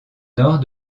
nord